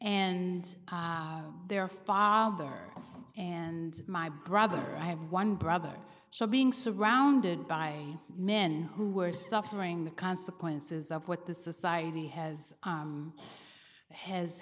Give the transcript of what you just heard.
and their father and my brother i have one brother so being surrounded by men who are suffering the consequences of what the society has